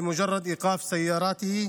לצורך חניית רכבו.